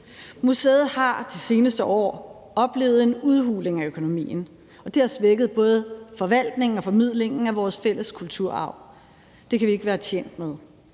Museet har de seneste år oplevet en udhuling af økonomien, og det har svækket både forvaltningen og formidlingen af vores fælles kulturarv. Det kan vi ikke være tjent med!